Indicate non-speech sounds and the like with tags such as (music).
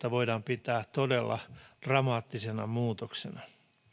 (unintelligible) voidaan pitää todella dramaattisena muutoksena